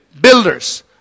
builders